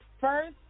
first